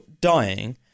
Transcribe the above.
dying